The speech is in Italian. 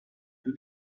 più